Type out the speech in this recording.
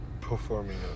performing